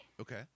Okay